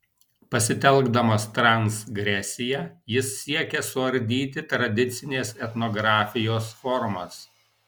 pasitelkdamas transgresiją jis siekia suardyti tradicinės etnografijos formas